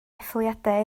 etholiadau